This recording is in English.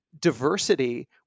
diversity